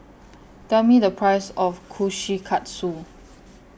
Tell Me The Price of Kushikatsu